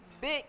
big